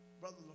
brother